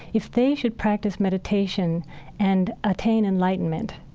if they should practice meditation and attain enlightenment,